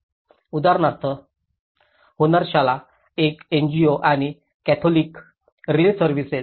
उदाहरणार्थ हुनरशाला एक एनजीओ आणि कॅथोलिक रिलीफ सर्व्हिसेस